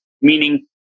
Meaning